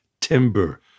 timber